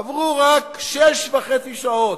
עברו רק שש וחצי שעות,